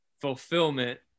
fulfillment